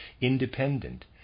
independent